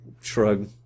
Shrug